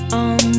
on